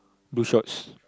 blue shorts